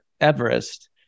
Everest